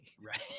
Right